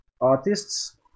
artists